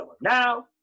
now